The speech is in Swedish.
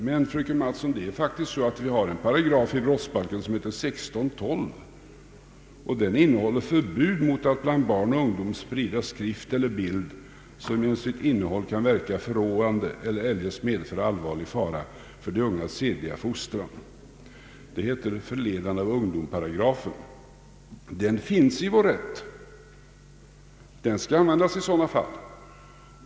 Men, fröken Mattson, det är faktiskt så att vi har ett lagrum i brottsbalken som heter 16: 12, som innehåller förbud mot att bland barn och ungdom sprida skrift eller bild som genom sitt innehåll kan verka förråande eller eljest medföra allvarlig fara för de ungas sedliga fostran. Den kallas paragrafen om förledande av ungdom. Den finns i vår rätt och skall användas.